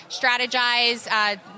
strategize